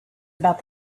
about